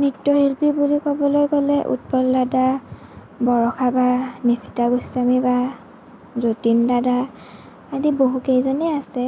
নৃত্যশিল্পী বুলি ক'বলৈ গ'লে উৎপল দাদা বৰষা বা নিশিতা গোস্বামী বা যতীন দাদা আদি বহুকেইজনেই আছে